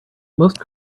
most